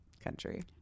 country